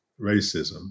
racism